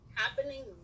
happening